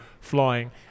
flying